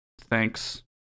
thanks